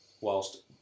whilst